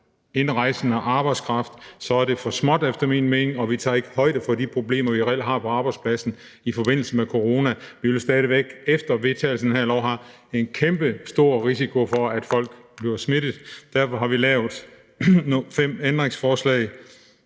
indrejsende arbejdskraft, er det for småt efter min mening, og det tager ikke højde for de problemer, vi reelt har på arbejdspladsen i forbindelse med corona. Der vil stadig væk efter vedtagelsen af det her lovforslag være en kæmpestor risiko for, at folk bliver smittet. Derfor har vi lavet fem ændringsforslag,